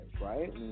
right